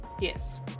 Yes